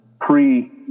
pre